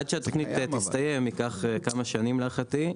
עד שהתוכנית תסתיים, ייקח כמה שנים להערכתי.